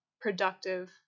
productive